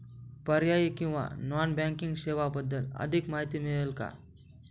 पर्यायी किंवा non banking सेवांबद्दल अधिक माहिती मिळेल का?